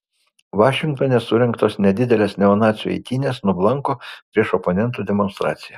vašingtone surengtos nedidelės neonacių eitynės nublanko prieš oponentų demonstraciją